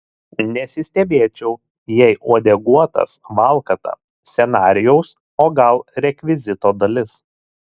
nesistebėčiau jei uodeguotas valkata scenarijaus o gal rekvizito dalis